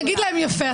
נגיד להם יפה,